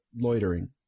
loitering